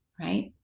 Right